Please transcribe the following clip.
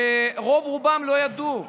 ורוב-רובם לא ידעו,